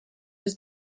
his